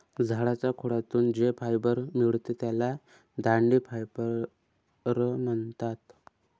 झाडाच्या खोडातून जे फायबर मिळते त्याला दांडी फायबर म्हणतात